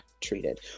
treated